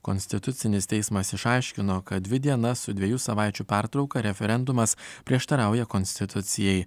konstitucinis teismas išaiškino kad dvi dienas su dviejų savaičių pertrauka referendumas prieštarauja konstitucijai